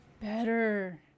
Better